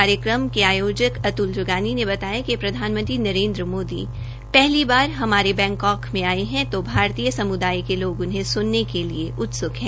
कार्यक्रम के आयोज अत्ल जोगानी ने बताया कि प्रधानमंत्री नरेन्द्र मोदी पहली बार हमारे बैंकाक में आ रहे हैं तो भारतीय समुदाय के लोग उन्हें सुनने के लिए उत्सुक हैं